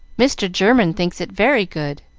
mr. german thinks it very good,